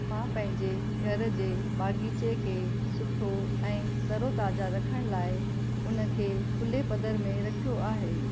मां पंहिंजे घर जे बाग़ीचे खे सुठो ऐं तरोताज़ा रखण लाइ उन खे खुले पधर में रखियो आहे